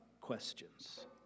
questions